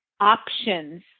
options